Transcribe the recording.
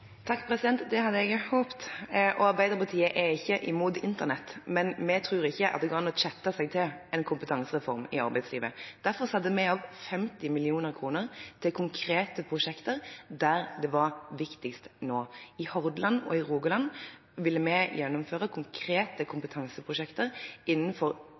Det hadde jeg også håpet. Arbeiderpartiet er ikke imot internett, men vi tror ikke det går an å «chatte» seg til en kompetansereform i arbeidslivet. Derfor hadde vi også over 50 mill. kr til konkrete prosjekter der det var viktigst. I Hordaland og Rogaland ville vi gjennomføre konkrete kompetanseprosjekter innenfor